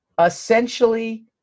essentially